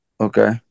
Okay